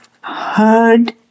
heard